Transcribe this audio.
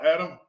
Adam